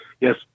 yes